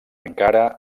encara